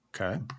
okay